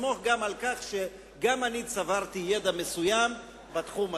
סמוך גם על כך שגם אני צברתי ידע מסוים בתחום הזה.